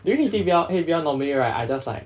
during H_B_L H_B_L normally right I just like